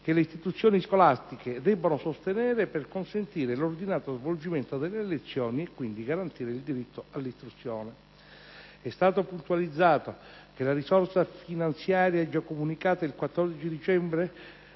che le istituzioni scolastiche debbono sostenere per consentire l'ordinato svolgimento delle lezioni e quindi garantire il diritto all'istruzione. È stato puntualizzato che la risorsa finanziaria già comunicata il 14 dicembre